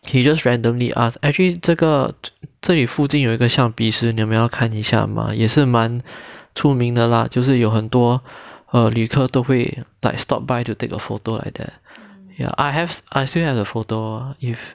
he just randomly ask actually 这个这里附近有一个 xiang bi shi 你们要看一下嘛也是蛮出名的啦就是有很多旅客都会 like stop by to take a photo like that ya I have I still have the photo if